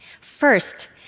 First